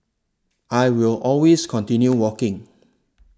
I will always continue walking